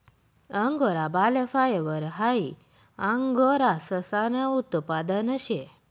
angora बाल fibre high angora ससानं उत्पादन शे